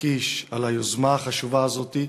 קיש על היוזמה החשובה הזאת.